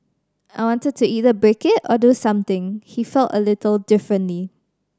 I wanted to either break it or do something he felt a little differently